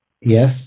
yes